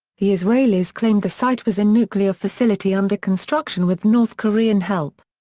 the israelis claimed the site was a nuclear facility under construction with north korean help.